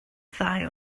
ddau